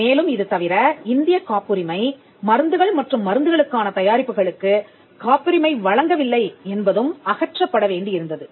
மேலும் இது தவிர இந்தியக் காப்புரிமை மருந்துகள் மற்றும் மருந்துகளுக்கான தயாரிப்புகளுக்கு காப்புரிமை வழங்கவில்லை என்பதும் அகற்றப்பட வேண்டி இருந்தது